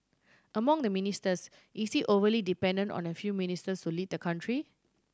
among the ministers is he overly dependent on a few ministers to lead the country